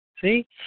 See